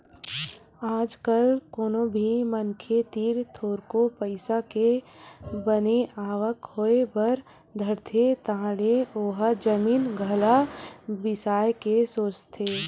आज कल कोनो भी मनखे तीर थोरको पइसा के बने आवक होय बर धरथे तहाले ओहा जमीन जघा बिसाय के सोचथे